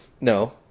No